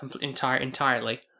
entirely